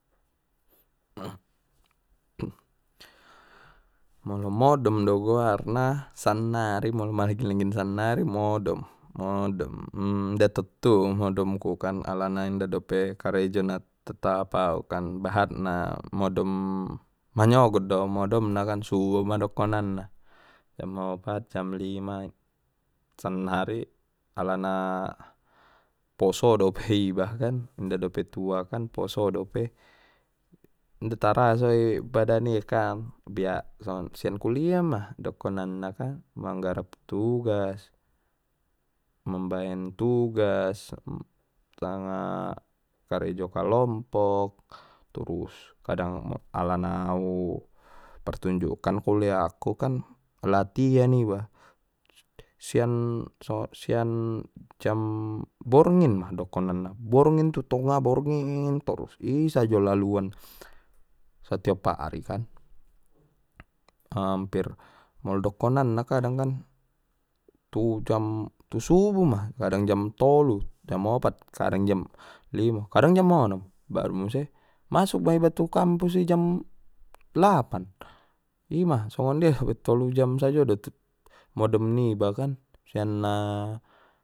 Molo modom do goarna sannari molo maligin-ligin sannari modom modom inda tottu modom ku alana inda dope karejo na tetap au kan bahat na modom manyogot do au modom na kan subuh ma dokonan na jam opat jam lima sannari alana poso dope iba kan inda dope tua poso dope inda taraso i badan i kan biaso sian kuliah ma dokonanna kan manggarap tugas mambaen tugas sanga karejo kalompok terus kadang alana au partunjukun kuliahku kan latihan iba sian sian jam borngin ma dokonan na borngin tu tonga borngin torus i sajo laluon satiop ari kan hampir molo dokonan na kadang kan tu jam tu subuh ma kadang jam tolu jam opat kadang jam lima kadang jam onom baru muse masuk ma iba tu kampus i jam lapan ima songon dia get tolu jom sajo do modom niba kan sian na.